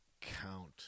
count